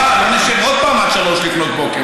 כדי שביום שני הבא לא נשב עוד פעם עד 03:00. מישהו